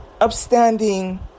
upstanding